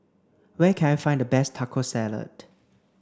where can I find the best Taco Salad